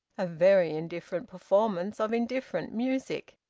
a very indifferent performance of indifferent music!